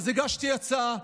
אז הגשתי הצעה.